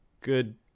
good